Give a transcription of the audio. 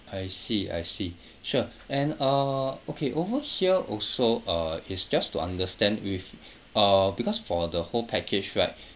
I see I see sure and uh okay over here also uh is just to understand with uh because for the whole package right